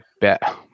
bet